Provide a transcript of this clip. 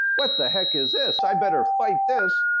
what the heck is this? i'd better fight this.